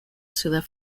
ciudad